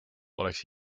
oleks